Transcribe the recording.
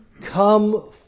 come